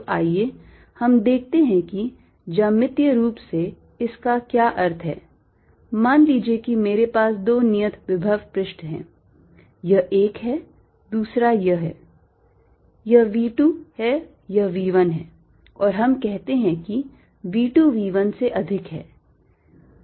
तो आइए हम देखते हैं कि ज्यामितीय रूप से इसका क्या अर्थ है मान लीजिए कि मेरे पास दो नियत विभव पृष्ठ हैं एक यह है दूसरा यह है यह V 2 है यह V 1 है और हम कहते हैं कि V 2 V 1 से अधिक है